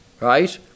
right